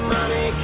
Money